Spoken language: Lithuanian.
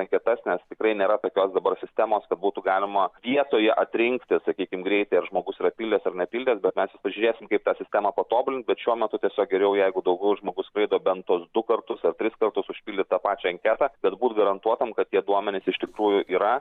anketas nes tikrai nėra tokios dabar sistemos kad būtų galima vietoje atrinkti sakykim greitai ar žmogus yra pildęs ar nepildęs bet mes ir pažiūrėsim kaip tą sistemą patobulint bet šiuo metu tiesiog geriau jeigu daugiau žmogus skraido bent tuos du kartus ar tris kartus užpildyt tą pačią anketą kad būt garantuotam kad tie duomenys iš tikrųjų yra